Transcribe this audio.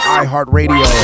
iHeartRadio